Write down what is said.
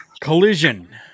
Collision